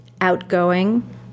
outgoing